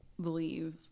believe